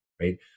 right